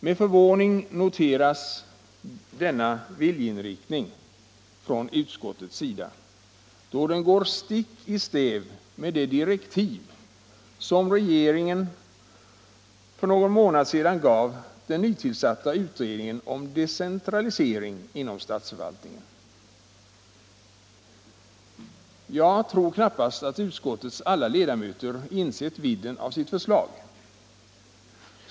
Med förvåning noteras denna viljeinriktning från utskottets sida, då den går stick i stäv med de direktiv som regeringen för någon månad sedan gav den nytillsatta utredningen om decentralisering inom statsförvaltningen. Jag tror knappast att utskottets alla ledamöter insett vidden av sitt förslag.